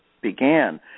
began